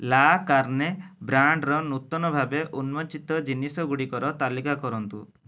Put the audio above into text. ଲା କାର୍ଣ୍ଣେ ବ୍ରାଣ୍ଡ୍ର ନୂତନ ଭାବେ ଉନ୍ମୋଚିତ ଜିନିଷ ଗୁଡ଼ିକର ତାଲିକା କରନ୍ତୁ